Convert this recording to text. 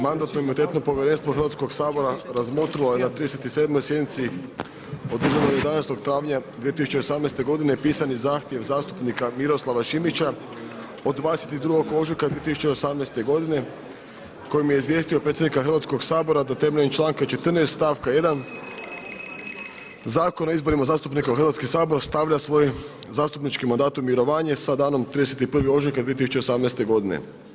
Mandatno-imunitetno povjerenstvo Hrvatskog sabora razmotrilo je na 37 sjednici održanoj 11. travnja 2018. godine pisani zahtjev zastupnika Miroslava Šimića od 22. ožujka 2018. godine kojim je izvijestio predsjednika Hrvatskog sabora da temeljem članka 14. stavka 1. Zakona o izborima zastupnika u Hrvatski sabor stavlja svoj zastupnički mandat u mirovanje sa danom 31. ožujka 2018. godine.